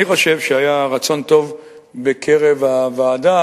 אני חושב שהיה רצון טוב בקרב הוועדה,